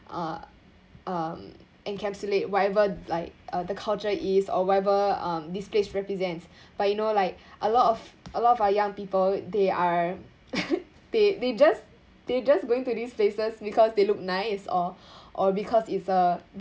uh um encapsulate whatever like uh the culture is or whatever um this place represents but you know like a lot of a lot of our young people they are they they just they just going to these places because they look nice or or because it's a